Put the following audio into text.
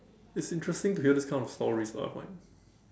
it's interesting to hear this kind of stories lah I find